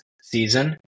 season